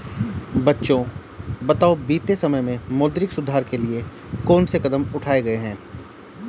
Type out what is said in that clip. बच्चों बताओ बीते समय में मौद्रिक सुधार के लिए कौन से कदम उठाऐ गए है?